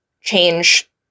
change